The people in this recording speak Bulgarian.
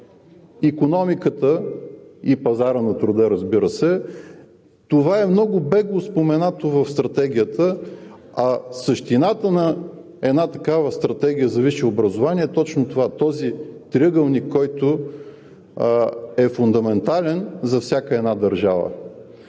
това е много бегло споменато в Стратегията, същината на една такава Стратегия за висше образование е точно това – този триъгълник, който е фундаментален за всяка една държава.